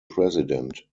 president